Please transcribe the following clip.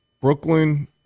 Brooklyn